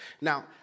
Now